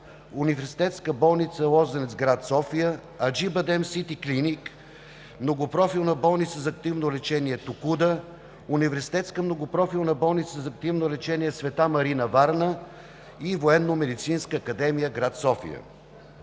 Университетска болница „Лозенец“ – град София, „Аджибадем сити Клиник“, Многопрофилна болница за активно лечение „Токуда“, Университетска многопрофилна болница за активно лечение „Св. Марина“ – Варна, и Военномедицинска академия – град София.